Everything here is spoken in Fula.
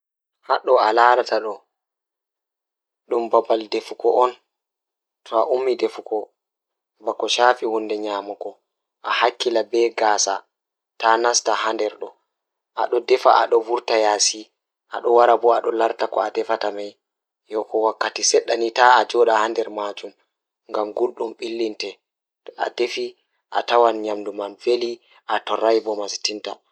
Ngam njiddaade saytuɗi e nguurndam, Jokkondir saytuɗi ngoni haɓe e kaddi moƴƴaare, waɗe e noone moƴƴere cauliflower, carotte, e bundi. Heɓe ndiyam e cadoɓe olive oil, bawdi, garlic, cumin, e lemon. Walla njiɗir nder ɓandu e cadoɓe kadi ɗoɓɓe njiddaade saytuɗi.